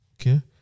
Okay